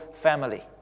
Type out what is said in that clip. family